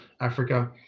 Africa